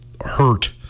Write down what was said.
hurt